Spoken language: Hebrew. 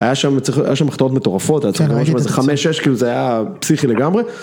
היה שם מחתרות מטורפות, היה צריך להיות שם איזה 5-6, זה היה פסיכי לגמרי.